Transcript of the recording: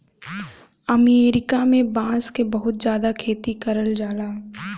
अमरीका में बांस क बहुत जादा खेती करल जाला